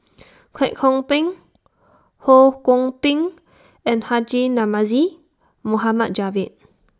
Kwek Hong Png Ho Kwon Ping and Haji Namazie Mohd Javad